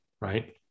Right